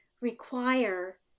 require